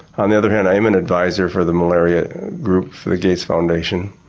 on the other hand, i am an advisor for the malaria group for the gates foundation,